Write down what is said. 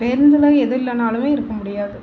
பேருந்தில் எது இல்லைன்னாலுமே இருக்க முடியாது